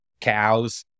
cows